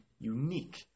unique